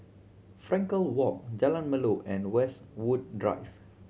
Frankel Walk Jalan Melor and Westwood Drive